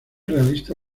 realista